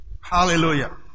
Hallelujah